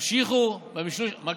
מה קורה,